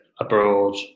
Abroad